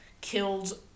killed